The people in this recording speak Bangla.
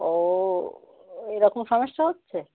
ও এরকম সমস্যা হচ্ছে